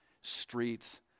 streets